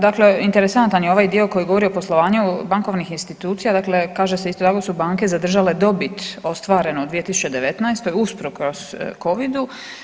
Dakle interesantan je ovaj dio koji govori o poslovanju bankovnih institucija, dakle kaže isto kako su banke zadržale dobit ostvarene u 2019. usprkos Covidu.